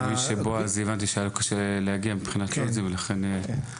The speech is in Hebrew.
אני מבין שהיה לבועז קשה להגיע מבחינת לו״ז ולכן הוא נעדר.